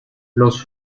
los